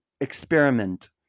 experiment